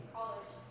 college